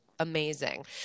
Amazing